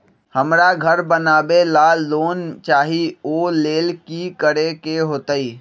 हमरा घर बनाबे ला लोन चाहि ओ लेल की की करे के होतई?